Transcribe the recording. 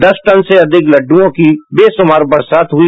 दस टन से अधिक लड़ुआँ की बेशुमार बरसात हुई